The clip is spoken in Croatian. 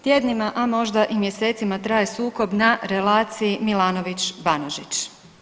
Tjednima, a možda i mjesecima traje sukob na relaciji Milanović-Banožić.